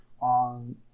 on